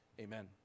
Amen